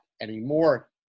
anymore